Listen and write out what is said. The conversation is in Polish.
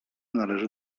należy